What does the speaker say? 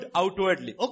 outwardly